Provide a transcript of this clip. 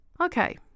Okay